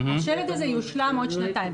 השלד הזה יושלם עוד שנתיים.